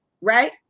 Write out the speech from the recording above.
right